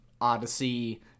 Odyssey